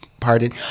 Pardon